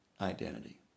identity